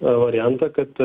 variantą kad